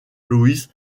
luiz